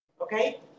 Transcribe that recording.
okay